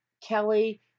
Kelly